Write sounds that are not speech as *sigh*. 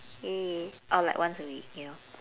*noise* or like once a week you know